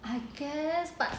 I guess but